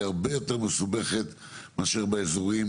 היא הרבה יותר מסובכת מאשר באזורים